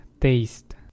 taste